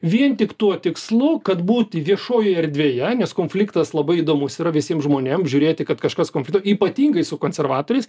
vien tik tuo tikslu kad būti viešojoje erdvėje nes konfliktas labai įdomus yra visiem žmonėm žiūrėti kad kažkas konfli ypatingai su konservatoriais